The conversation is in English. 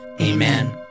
Amen